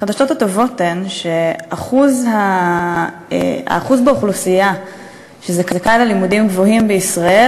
החדשות הטובות הן שהאחוז באוכלוסייה שזכאי ללימודים גבוהים בישראל,